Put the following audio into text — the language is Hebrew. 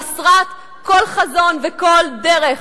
חסרת כל חזון וכל דרך.